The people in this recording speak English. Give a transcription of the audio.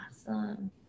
Awesome